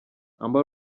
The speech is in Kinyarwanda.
amber